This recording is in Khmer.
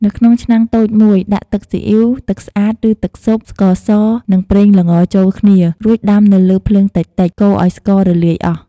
នៅក្នុងឆ្នាំងតូចមួយ ដាក់ទឹកស៊ីអុីវ ទឹកស្អាតឬទឹកស៊ុប ស្ករស និងប្រេងល្ងចូលគ្នា រួចដាំនៅលើភ្លើងតិចៗ កូរឲ្យស្កររលាយអស់។។